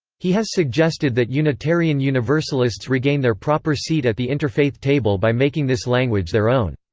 he has suggested that unitarian universalists regain their proper seat at the interfaith table by making this language their own.